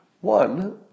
One